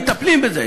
מטפלים בזה.